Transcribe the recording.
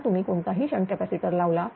आता तुम्ही कोणताही शंट कॅपॅसिटर लावला